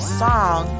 song